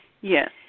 Yes